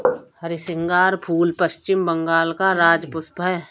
हरसिंगार फूल पश्चिम बंगाल का राज्य पुष्प है